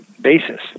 basis